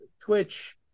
Twitch